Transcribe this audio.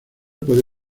puede